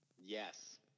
Yes